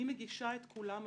אני מגישה את כולם.